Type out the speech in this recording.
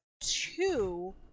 two